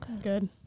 good